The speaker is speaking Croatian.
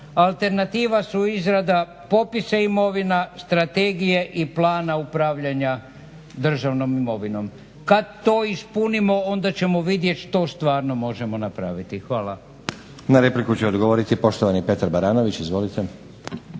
alternativa su izrada popisa imovina, strategije i plana upravljanja državnom imovinom. Kad to ispunimo onda ćemo vidjeti što stvarno možemo napraviti. Hvala. **Stazić, Nenad (SDP)** Na repliku će odgovoriti poštovani Petar Baranović. Izvolite.